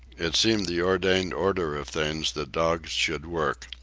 it seemed the ordained order of things that dogs should work.